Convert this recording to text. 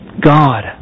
God